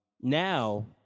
now